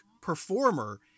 performer